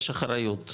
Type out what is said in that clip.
יש אחריות,